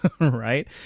right